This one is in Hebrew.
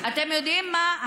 אתם יודעים מה,